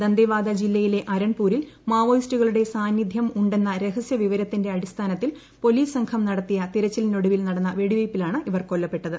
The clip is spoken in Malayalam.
ദന്തേവാദ്യ ജില്ലയിലെ അരൺപൂരിൽ മാവോയിസ്റ്റുകളുടെ സാന്നിദ്ധ്യം ഉണ്ട്ടെന്ന് രഹസ്യ വിവരത്തിന്റെ അടിസ്ഥാനത്തിൽ പൊലീസ് സംഘ് ് ന്ടത്തിയ തിരച്ചിലിനൊടുവിൽ നടന്ന വെടിവെയ്പിലാണ് ഇവർ കൊല്ലപ്പെട്ടത്